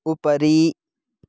उपरि